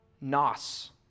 nos